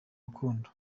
rukundo